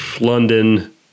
London